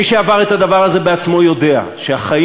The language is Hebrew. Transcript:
מי שעבר את הדבר הזה בעצמו יודע שהחיים